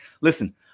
listen